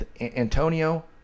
Antonio